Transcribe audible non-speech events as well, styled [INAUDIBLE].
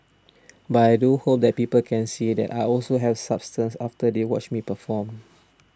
[NOISE] but I do hope that people can see that I also have substance after they watch me perform